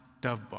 Dovebar